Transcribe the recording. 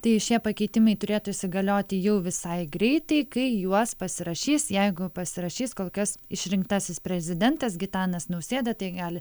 tai šie pakeitimai turėtų įsigalioti jau visai greitai kai juos pasirašys jeigu pasirašys kol kas išrinktasis prezidentas gitanas nausėda tai gali